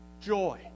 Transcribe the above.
Joy